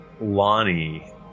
Lonnie